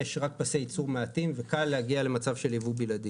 יש רק פסי ייצור מעטים וקל להגיע למצב של יבוא בלעדי.